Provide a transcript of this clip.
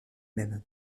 même